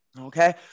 okay